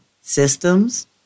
Systems